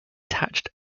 detached